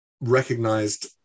recognized